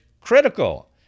critical